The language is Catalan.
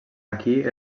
aquí